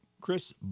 Chris